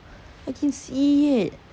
I can see it